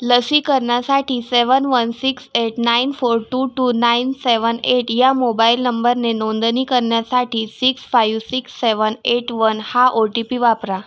लसीकरणासाठी seven one six eight nine four two two nine seven eight या mobile नंबरने नोंदणी करण्यासाठी six five six seven eight one हा ओ टी पी वापरा